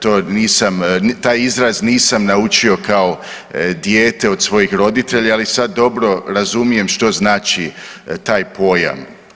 Taj izraz nisam naučio kao dijete od svojih roditelja, ali sad dobro razumijem što znači taj pojam.